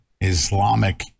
Islamic